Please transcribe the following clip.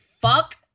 fuck